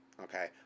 okay